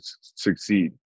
succeed